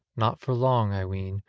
not for long, i ween,